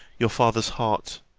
your father's heart,